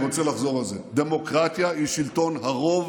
אני רוצה לחזור על זה: דמוקרטיה היא שלטון הרוב,